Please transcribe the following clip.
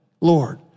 Lord